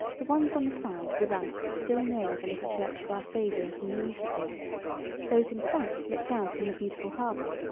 the ones on the side were thus still nearer the little church of our saviour than they used to be those in front looked out on the beautiful harbor,